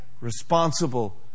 Responsible